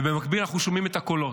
ובמקביל אנחנו שומעים את הקולות.